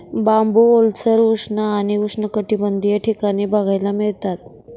बांबू ओलसर, उष्ण आणि उष्णकटिबंधीय ठिकाणी बघायला मिळतात